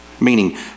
Meaning